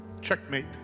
Checkmate